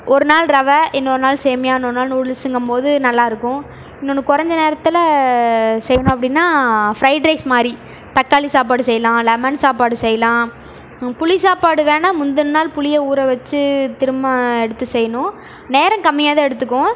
ஒரு நாள் ரவை இன்னொருநாள் சேமியா இன்னொருநாள் நூடுல்ஸுங்கும்போது நல்லா இருக்கும் இன்னொன்று குறைஞ்ச நேரத்தில் செய்யணும் அப்படின்னா ஃப்ரைட் ரைஸ் மாதிரி தக்காளி சாப்பாடு செய்யலாம் லெமன் சாப்பாடு செய்யலாம் புளி சாப்பாடு வேண்ணா முந்தின நாள் புளியை ஊற வச்சு திரும்ப எடுத்து செய்யணும் நேரம் கம்மியாக தான் எடுத்துக்கும்